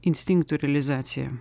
instinktų realizacija